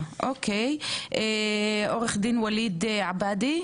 עו"ד ואאיל עבאדי.